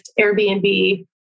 Airbnb